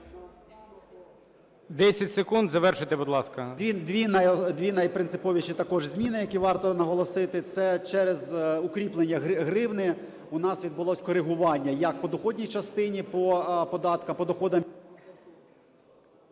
дві найпринциповіші також зміни, які варто наголосити, це через укріплення гривні в нас відбулося коригування як по доходній частині, по податках, по доходам...